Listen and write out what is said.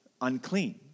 unclean